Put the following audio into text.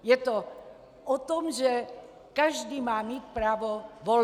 Je to o tom, že každý má mít právo volby.